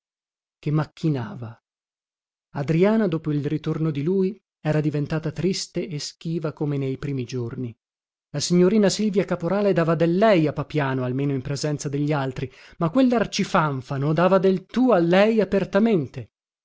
contrario che macchinava adriana dopo il ritorno di lui era diventata triste e schiva come nei primi giorni la signorina silvia caporale dava del lei a papiano almeno in presenza degli altri ma quellarcifanfano dava del tu a lei apertamente